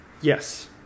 Yes